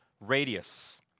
radius